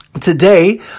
Today